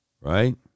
Right